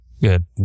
Good